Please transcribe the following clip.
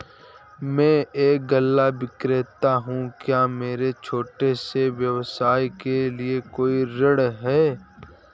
मैं एक गल्ला विक्रेता हूँ क्या मेरे छोटे से व्यवसाय के लिए कोई ऋण है?